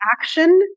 action